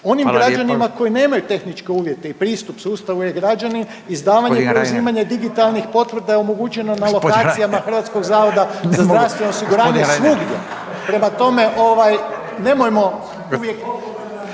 onim građanima koji nemaju tehničke uvjete i pristup sustavu e-građani izdavanje i preuzimanje digitalnih potvrda je omogućeno na lokacijama Hrvatskog zavoda za zdravstveno osiguranje svugdje. Prema tome, nemojmo uvijek